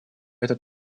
этот